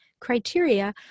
Criteria